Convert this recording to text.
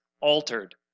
altered